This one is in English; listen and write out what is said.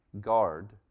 guard